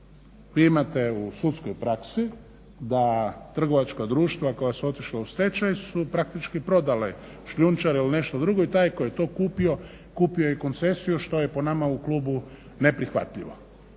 Vi imate u sudskoj praksi da trgovačka društva koja su otišla u stečaj su praktički prodale šljunčare ili nešto drugo i taj koji je to kupio, kupio je i koncesiju, što je po nama u klubu neprihvatljivo,